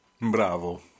Bravo